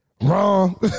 Wrong